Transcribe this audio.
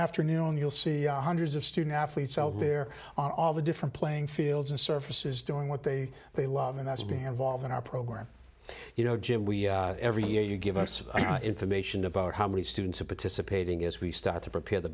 afternoon you'll see hundreds of student athletes out there are all the different playing fields and services doing what they they love and that's being involved in our program you know jim we every year you give us information about how many students are participating as we start to prepare the